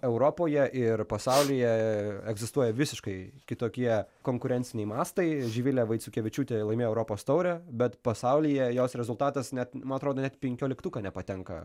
europoje ir pasaulyje egzistuoja visiškai kitokie konkurenciniai mastai živilė vaiciukevičiūtė laimėjo europos taurę bet pasaulyje jos rezultatas net atrodo net penkioliktuką nepatenka